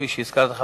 וכפי שהזכרת,